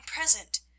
present